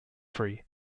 free